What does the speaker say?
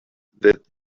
that